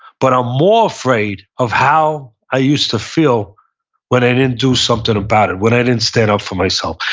but i'm more afraid of how i used to feel when i didn't do something about it, when i didn't stand up for myself.